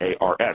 ARS